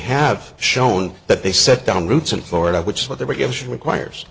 have shown that they set down roots in florida which is what they were given requires